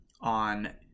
on